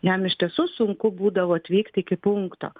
jam iš tiesų sunku būdavo atvykti iki punkto